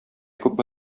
күпме